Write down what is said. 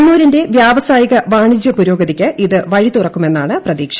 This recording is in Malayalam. കണ്ണൂരിന്റെ വ്യാവസായിക വാണിജ്യ പുരോഗതിക്ക് ഇത് വഴിതുറക്കുമെന്നാണ് പ്രതീക്ഷ